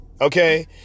Okay